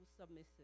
submissive